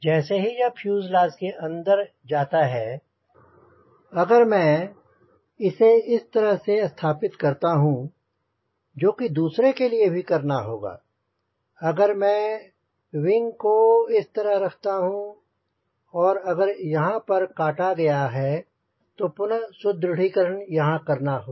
जैसे ही यह फ्यूजलाज़ के अंदर जाता है अगर मैं इसे इस तरह से स्थापित करता हूंँ जो कि दूसरे के लिए भी करना होगा अगर मैं विंग को इस तरह रखता हूंँ और अगर यहांँ पर काटा गया है तो पुनः सुदृढ़ीकरण यहांँ करना होगा